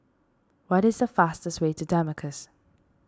what is the fastest way to Damascus